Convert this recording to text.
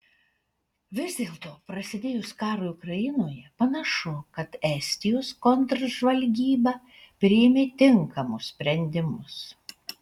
vis dėlto prasidėjus karui ukrainoje panašu kad estijos kontržvalgyba priėmė tinkamus sprendimus